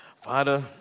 Father